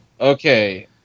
Okay